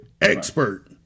expert